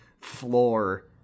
floor